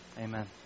Amen